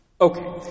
Okay